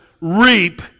reap